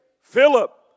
Philip